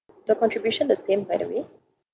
the contribution the same by the way